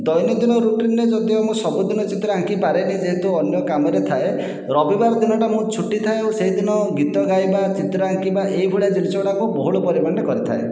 ଦୈନନ୍ଦିନ ରୁଟିନରେ ଯଦିଓ ମୁଁ ସବୁଦିନ ଚିତ୍ର ଆଙ୍କି ପାରେନି ଯେହେତୁ ଅନ୍ୟ କାମରେ ଥାଏ ରବିବାର ଦିନଟା ମୁଁ ଛୁଟି ଥାଏ ଆଉ ସେହିଦିନ ଗୀତ ଗାଇବା ଚିତ୍ର ଆଙ୍କିବା ଏଇ ଭଳିଆ ଜିନିଷ ଗୁଡ଼ାକୁ ବହୁଳ ପରିମାଣରେ କରିଥାଏ